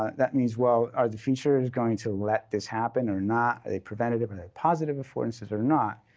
ah that means, well, are the features going to let this happen or not? are they preventative? are they positive affordances or not?